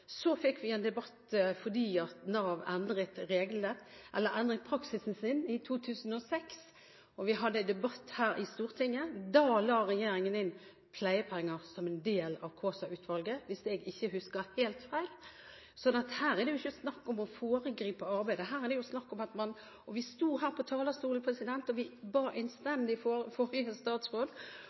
Så satte man ned Kaasa-utvalget, som startet opp med bl.a. omsorgslønn, og i tråd med det hjelpestønad. Så fikk vi en debatt fordi Nav endret praksisen sin i 2006. Vi hadde en debatt om dette i Stortinget. Da la regjeringen inn pleiepenger som en del av Kaasa-utvalget – hvis jeg ikke husker helt feil. Så her er det ikke snakk om å foregripe arbeidet. Vi sto her på talerstolen og ba den forrige